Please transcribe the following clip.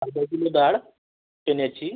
अर्धा किलो दाळ चन्याची